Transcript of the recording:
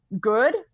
good